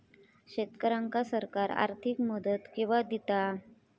शेतकऱ्यांका सरकार आर्थिक मदत केवा दिता?